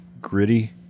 gritty